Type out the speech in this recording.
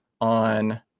on